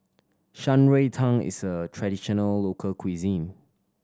Shan Rui Tang is a traditional local cuisine